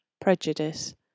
Prejudice